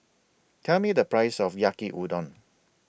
Tell Me The Price of Yaki Udon